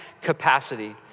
capacity